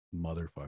motherfucker